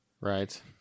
Right